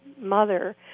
Mother